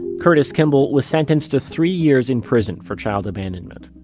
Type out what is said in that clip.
curtis kimball was sentenced to three years in prison for child abandonment.